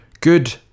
good